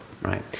Right